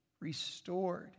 restored